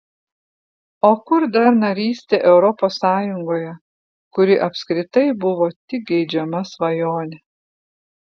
o kur dar narystė europos sąjungoje kuri apskritai buvo tik geidžiama svajonė